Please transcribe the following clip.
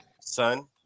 son